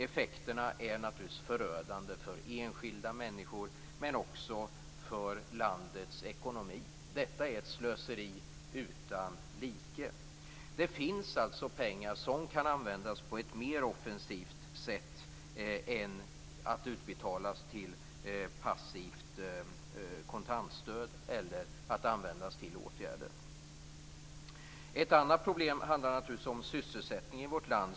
Effekterna är naturligtvis förödande för enskilda människor, men också för landets ekonomi. Detta är ett slöseri utan like. Det finns alltså pengar som kan användas på ett mer offensivt sätt än att utbetalas till passivt kontantstöd eller till åtgärder. Ett annat problem är sysselsättningen i vårt land.